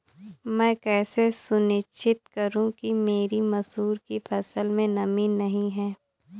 मैं कैसे सुनिश्चित करूँ कि मेरी मसूर की फसल में नमी नहीं है?